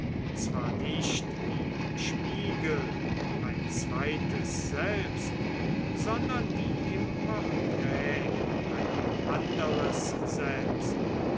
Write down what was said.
zwar nicht wie im spiegel ein zweites selbst sondern wie im porträt ein anderes selbst